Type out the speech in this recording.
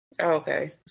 Okay